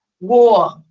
war